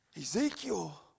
Ezekiel